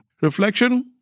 Reflection